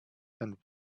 and